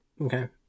Okay